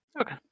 Okay